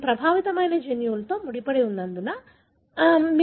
ఇది ప్రభావితమయ్యే జన్యువుతో ముడిపడి ఉన్నందున ఇది ముడిపడి ఉంటుంది